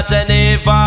Geneva